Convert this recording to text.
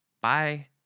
bye